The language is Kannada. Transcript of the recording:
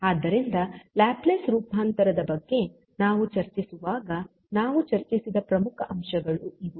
ಆದ್ದರಿಂದ ಲ್ಯಾಪ್ಲೇಸ್ ರೂಪಾಂತರದ ಬಗ್ಗೆ ನಾವು ಚರ್ಚಿಸುವಾಗ ನಾವು ಚರ್ಚಿಸಿದ ಪ್ರಮುಖ ಅಂಶಗಳು ಇವು